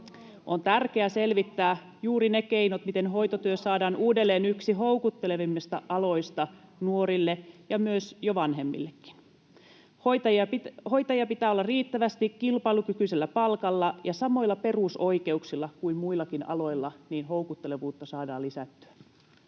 On tärkeää selvittää juuri ne keinot, joilla hoitotyöstä saadaan uudelleen yksi houkuttelevimmista aloista nuorille ja myös jo vanhemmillekin. Hoitajia pitää olla riittävästi kilpailukykyisellä palkalla ja samoilla perusoikeuksilla kuin muillakin aloilla, niin että houkuttelevuutta saadaan lisättyä.